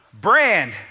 brand